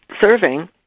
serving